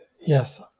Yes